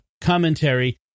commentary